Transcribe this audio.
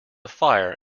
fire